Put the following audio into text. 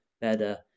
better